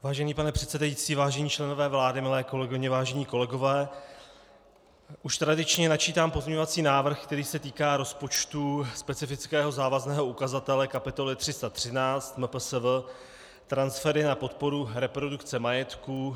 Vážený pane předsedající, vážení členové vlády, milé kolegyně, vážení kolegové, už tradičně načítám pozměňovací návrh, který se týká rozpočtu specifického závazného ukazatele kapitoly 313 MPSV transfery na podporu reprodukce majetku.